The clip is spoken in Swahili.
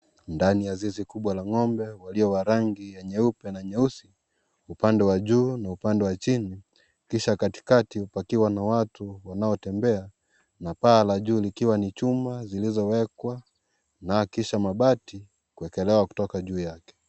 Ndani ya zizi kubwa la ng'ombe walio wa rangi nyeupe na nyeusi; upande wa juu na upande wa chini. Kisha katikati pakiwa na watu wanaotembea. Na paa la juu likiwa ni chuma zilizowekwa na kisha mabati kuwekelewa kutoka juu yake.